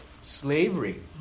Slavery